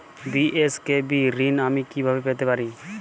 BSKB ঋণ আমি কিভাবে পেতে পারি?